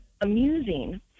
amusing